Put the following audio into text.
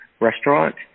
Restaurant